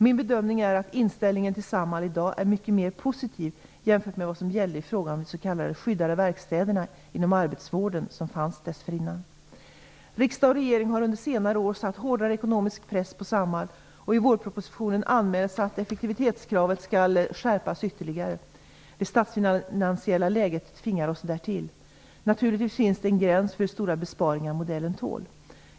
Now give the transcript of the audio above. Min bedömning är att inställningen till Samhall i dag är mycket mer positiv jämfört med vad som gällde i fråga om de s.k. skyddade verkstäderna inom arbetsvården, som fanns dessförinnan. Riksdag och regering har under senare år satt hårdare ekonomisk press på Samhall, och i vårpropositionen anmäls att effektivitetskravet skall skärpas ytterligare. Det statsfinansiella läget tvingar oss därtill. Naturligtvis finns det en gräns för hur stora besparingar modellen tål.